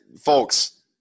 folks